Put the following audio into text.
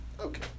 Okay